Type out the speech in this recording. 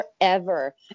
forever